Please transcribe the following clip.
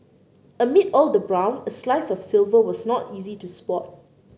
amid all the brown a slice of silver was not easy to spot